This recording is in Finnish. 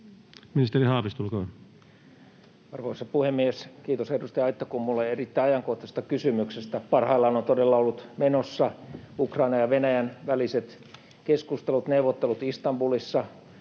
Time: 16:39 Content: Arvoisa puhemies! Kiitos edustaja Aittakummulle erittäin ajankohtaisesta kysymyksestä. Parhaillaan ovat todella olleet menossa Ukrainan ja Venäjän väliset keskustelut, neuvottelut Istanbulissa